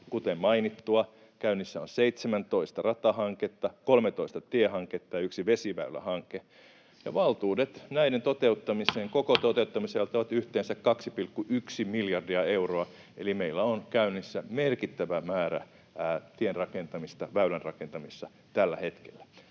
Kuten mainittua, käynnissä on 17 ratahanketta, 13 tiehanketta ja yksi vesiväylähanke, ja valtuudet näiden toteuttamiseen, koko toteuttamiseen, ovat yhteensä 2,1 miljardia euroa, eli meillä on käynnissä merkittävä määrä tierakentamista, väylärakentamista tällä hetkellä.